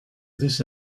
this